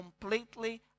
completely